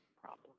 problem